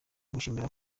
gushimira